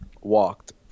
walked